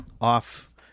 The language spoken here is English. off